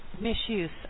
misuse